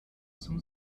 zum